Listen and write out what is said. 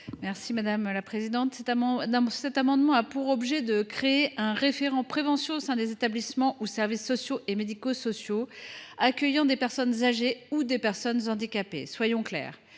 Mme Anne Souyris. Cet amendement a pour objet de créer un référent en matière de prévention au sein des établissements ou services sociaux et médico sociaux accueillant des personnes âgées ou des personnes handicapées. Soyons clairs,